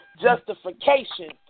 justification